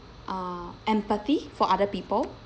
uh empathy for other people